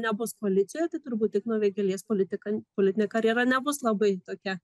nebus koalicijoj tai turbūt igno vėgėlės politika politinė karjera nebus labai tokia